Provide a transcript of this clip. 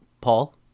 Paul